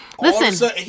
Listen